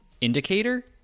indicator